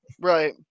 right